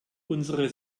unsere